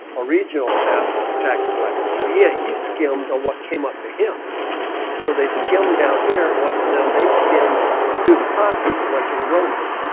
a regional have a tax collector. so he yeah he skimmed on what came up to him so they skimmed down here and went to them they skimmed through the process it went to the romans